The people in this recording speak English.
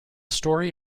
story